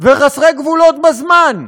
וחסרי גבולות בזמן,